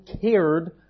cared